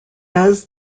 does